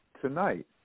tonight